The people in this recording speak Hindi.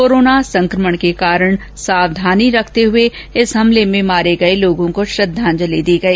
कोरोना संक्रमण के कारण सावधानी रखते हुए इस हमले में मारे गये लोगों को श्रद्वांजलि दी गई